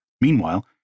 Meanwhile